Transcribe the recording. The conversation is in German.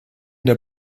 der